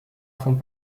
font